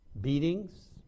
beatings